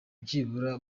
byibura